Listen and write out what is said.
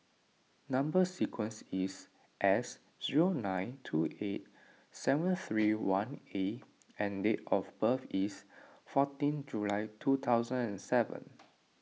Number Sequence is S zero nine two eight seven three one A and date of birth is fourteen July two thousand and seven